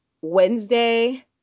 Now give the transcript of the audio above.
Wednesday